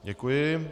Děkuji.